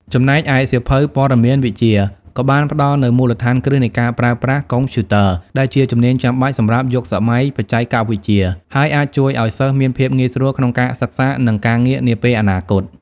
ចំណែកឯសៀវភៅ ព័ត៌មានវិទ្យា ក៏បានផ្ដល់នូវមូលដ្ឋានគ្រឹះនៃការប្រើប្រាស់កុំព្យូទ័រ ដែលជាជំនាញចាំបាច់សម្រាប់យុគសម័យបច្ចេកវិទ្យា ហើយអាចជួយឱ្យសិស្សមានភាពងាយស្រួលក្នុងការសិក្សា និងការងារនាពេលអនាគត។